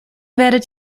werdet